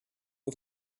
the